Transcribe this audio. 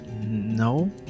No